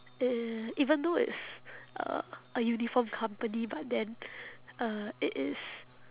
uh even though it's uh a uniform company but then uh it is